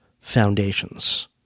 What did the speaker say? foundations